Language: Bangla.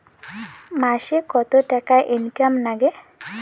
মাসে কত টাকা ইনকাম নাগে?